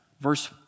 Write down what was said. Verse